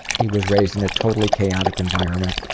he was raised in a totally chaotic environment.